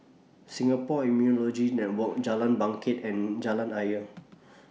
Singapore Immunology Network Jalan Bangket and Jalan Ayer